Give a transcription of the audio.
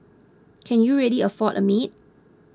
can you really afford a maid